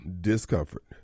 discomfort